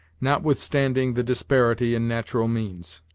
notwithstanding the disparity in natural means.